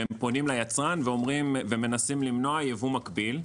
שהם פונים ליצרן ומנסים למנוע ייבוא מקביל.